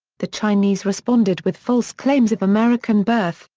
the chinese responded with false claims of american birth,